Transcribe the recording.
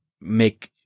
make